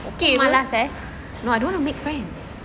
okay no I don't wanna make friends